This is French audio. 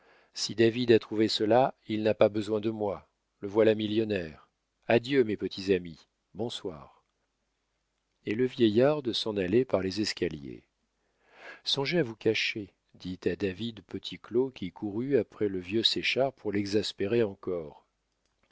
si david a trouvé cela il n'a pas besoin de moi le voilà millionnaire adieu mes petits amis bonsoir et le vieillard de s'en aller par les escaliers songez à vous cacher dit à david petit claud qui courut après le vieux séchard pour l'exaspérer encore